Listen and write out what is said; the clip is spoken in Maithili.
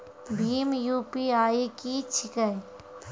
भीम यु.पी.आई की छीके?